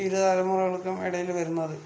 ഇരു തലമുറകൾക്കും ഇടയിൽ വരുന്നത്